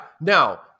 Now